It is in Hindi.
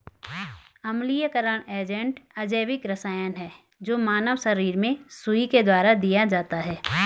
अम्लीयकरण एजेंट अजैविक रसायन है जो मानव शरीर में सुई के द्वारा दिया जाता है